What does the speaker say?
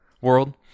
World